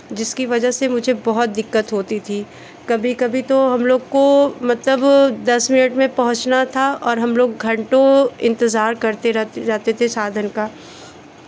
जिसकी वजह से मुझे बहुत दिक्कत होती थी कभी कभी तो हम लोग को मतलब दस मिनट में पहुंचना था और हम लोग घंटों इंतज़ार करते रहते थे साधन का